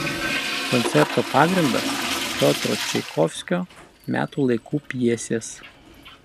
koncerto pagrindas piotro čaikovskio metų laikų pjesės